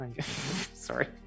Sorry